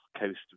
coast